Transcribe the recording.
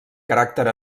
caràcter